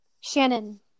Shannon